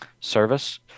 service